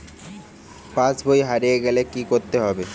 পাশবই হারিয়ে গেলে কি করতে হবে?